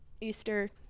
Easter